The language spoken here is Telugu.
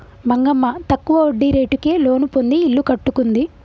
మంగమ్మ తక్కువ వడ్డీ రేటుకే లోను పొంది ఇల్లు కట్టుకుంది